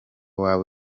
waba